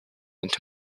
into